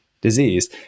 disease